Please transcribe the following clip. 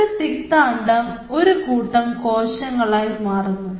ഇവിടെ സിക്താണ്ഡം ഒരു കൂട്ടം കോശങ്ങളായി മാറുന്നു